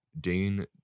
Dane